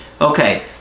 Okay